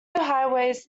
highways